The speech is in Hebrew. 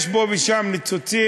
יש פה ושם ניצוצות,